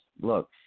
Look